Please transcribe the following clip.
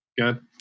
Good